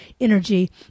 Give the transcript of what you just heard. energy